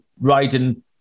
riding